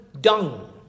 dung